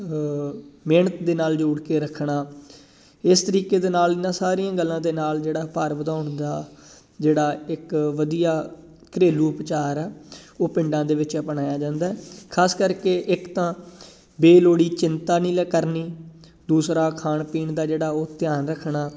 ਮਿਹਨਤ ਦੇ ਨਾਲ ਜੋੜ ਕੇ ਰੱਖਣਾ ਇਸ ਤਰੀਕੇ ਦੇ ਨਾਲ ਇਹਨਾਂ ਸਾਰੀਆਂ ਗੱਲਾਂ ਦੇ ਨਾਲ ਜਿਹੜਾ ਭਾਰ ਵਧਾਉਣ ਦਾ ਜਿਹੜਾ ਇੱਕ ਵਧੀਆ ਘਰੇਲੂ ਉਪਚਾਰ ਆ ਉਹ ਪਿੰਡਾਂ ਦੇ ਵਿੱਚ ਅਪਣਾਇਆ ਜਾਂਦਾ ਖਾਸ ਕਰਕੇ ਇੱਕ ਤਾਂ ਬੇਲੋੜੀ ਚਿੰਤਾ ਨਹੀਂ ਲੈ ਕਰਨੀ ਦੂਸਰਾ ਖਾਣ ਪੀਣ ਦਾ ਜਿਹੜਾ ਉਹ ਧਿਆਨ ਰੱਖਣਾ